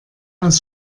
aus